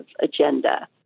agenda